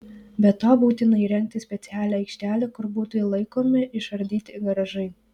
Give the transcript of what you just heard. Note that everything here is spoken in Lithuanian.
be to būtina įrengti specialią aikštelę kur būtų laikomi išardyti garažai